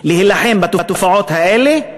להילחם בתופעות האלה,